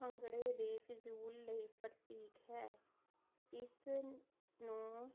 ਭੰਗੜੇ ਦੇ ਫਜੂਲ ਲਈ ਪ੍ਰਤੀਕ ਹੈ ਇਸ ਨੂੰ